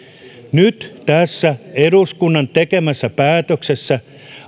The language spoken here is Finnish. nyt tässä eduskunnan tekemässä päätöksessä